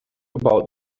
about